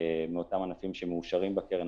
מאותם ענפים שמאושרים בקרן,